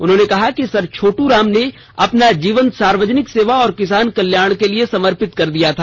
उन्होंने कहा कि सर छोटू राम ने अपना जीवन सार्वजनिक सेवा और किसान कल्याण के लिए समर्पित कर दिया था